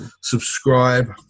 subscribe